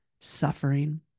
suffering